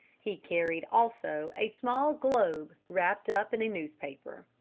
he carried also a small globe wrapped up in a newspaper.